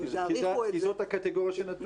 אם תאריכו את זה --- כי זאת הקטגוריה שנתנו.